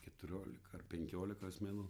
keturiolika ar penkiolika asmenų